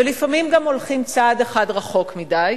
ולפעמים גם הולכים צעד אחד רחוק מדי.